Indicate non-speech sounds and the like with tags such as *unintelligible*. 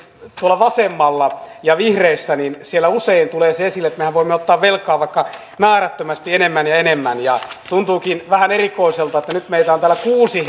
tuolla vasemmalla ja vihreissä usein tulee esille se että mehän voimme ottaa velkaa vaikka määrättömästi enemmän ja enemmän tuntuukin vähän erikoiselta että nyt meitä on täällä kuusi *unintelligible*